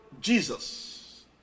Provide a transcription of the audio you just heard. Jesus